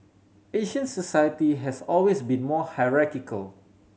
Asian society has always been more hierarchical